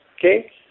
okay